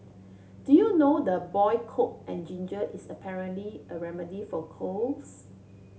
do you know the boiled coke and ginger is apparently a remedy for colds